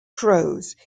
crows